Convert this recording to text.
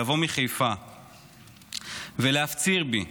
לבוא מחיפה ולהפציר בי,